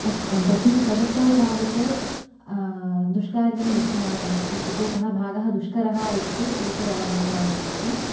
तत् तस्मिन् प्रवृत्तौ तावत् दुष्कार्यं दृश्यमाणम् अस्ति इत्युक्तौ सः भागः दुष्करः इति तु एतदवगम्यमानमस्ति